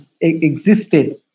existed